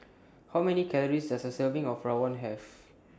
How Many Calories Does A Serving of Rawon Have